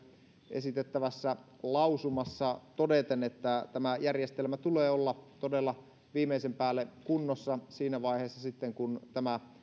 esitettävässä lausumassa todeten että tämän järjestelmän tulee olla todella viimeisen päälle kunnossa siinä vaiheessa kun tämä